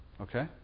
Okay